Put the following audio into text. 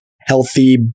healthy